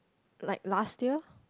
like last year